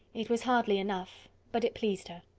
it was hardly enough but it pleased her.